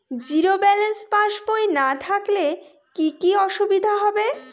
Zero balance পাসবই না থাকলে কি কী অসুবিধা হবে?